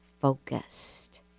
focused